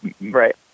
right